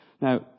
Now